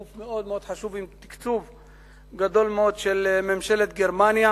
גוף מאוד מאוד חשוב עם תקציב גדול מאוד של ממשלת גרמניה.